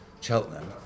Cheltenham